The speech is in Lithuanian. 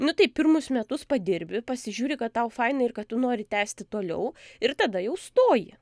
nu tai pirmus metus padirbi pasižiūri kad tau faina ir kad tu nori tęsti toliau ir tada jau stoji